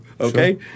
Okay